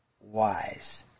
wise